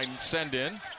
send-in